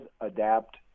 adapt